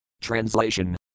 translation